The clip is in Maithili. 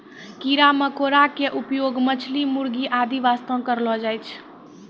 कीड़ा मकोड़ा के उपयोग मछली, मुर्गी आदि वास्तॅ करलो जाय छै